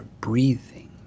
breathing